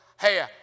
hey